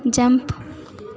jump